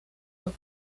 los